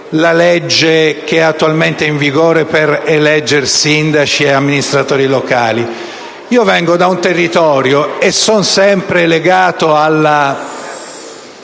la legge attualmente in vigore per eleggere sindaci e amministratori locali. Io provengo da un territorio (e sono sempre legato alla